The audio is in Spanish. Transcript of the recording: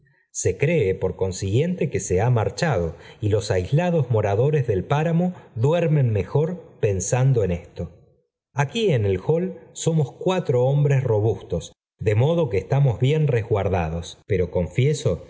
se cree por consiguiente que se ha marchado y los aislados moradores del páramo duermen mejor pensando en esto aquí en el hall somos cuatro hombres robus tos de modo que estamos bien resguardados ñero confieso